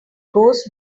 goes